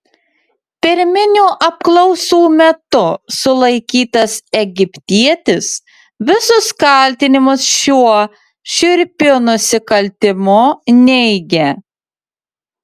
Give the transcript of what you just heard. pirminių apklausų metu sulaikytas egiptietis visus kaltinimus šiuo šiurpiu nusikaltimu neigia